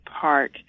Park